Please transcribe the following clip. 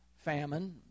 famine